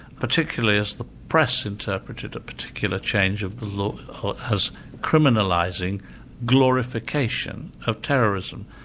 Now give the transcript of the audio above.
particularly as the press interpreted a particular change of the law as criminalising glorification of terrorism.